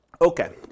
Okay